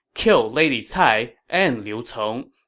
kill lady cai and liu cong,